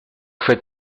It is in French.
fait